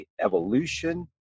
evolution